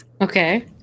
Okay